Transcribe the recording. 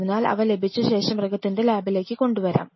അതിനാൽ അവ ലഭിച്ച ശേഷം മൃഗത്തിനെ ലാബിലേക്ക് കൊണ്ട് വരാം